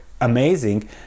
amazing